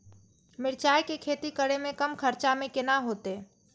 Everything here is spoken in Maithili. मिरचाय के खेती करे में कम खर्चा में केना होते?